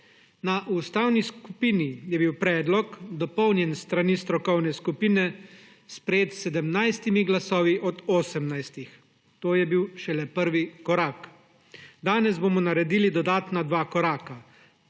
Na Ustavni komisiji je bil predlog, dopolnjen s strani strokovne skupine, sprejet s 17-imi glasovi od 18-ih. To je bil šele prvi korak. Danes bomo naredili dodatna dva koraka.